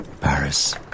Paris